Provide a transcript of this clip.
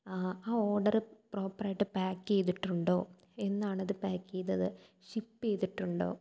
ആ ഓഡർ പ്രോപ്പറായിട്ട് പാക്ക് ചെയ്തിട്ടിട്ടുണ്ടോ എന്നാണത് പാക്ക് ചെയ്തത് ഷിപ്പ് ചെയ്തിട്ടുണ്ടോ